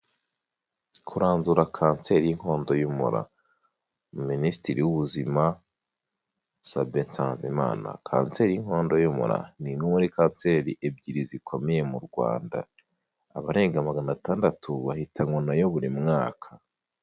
Kurandura kanseri y'inkondo y'umura, ni minisitiri w'ubuzima Sabe Nsanzimana, kanseri y'inkondo y'umura ni imwe muri kanseri ebyiri zikomeye mu Rwanda, abarenga magana atandatu bahitanwe na yo buri mwaka.